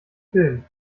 film